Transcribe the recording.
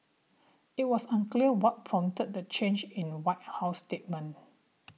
it was unclear what prompted the change in White House statement